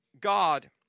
God